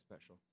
special